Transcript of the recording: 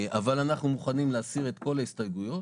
אבל אנחנו מוכנים להסיר את כל ההסתייגויות